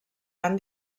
van